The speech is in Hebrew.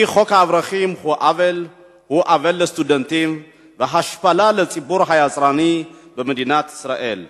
כי חוק האברכים הוא עוול לסטודנטים והשפלה לציבור היצרני במדינת ישראל.